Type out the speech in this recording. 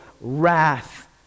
wrath